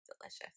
delicious